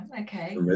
okay